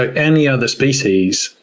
ah any other species,